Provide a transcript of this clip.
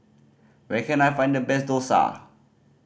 where can I find the best dosa